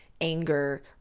anger